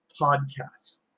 podcasts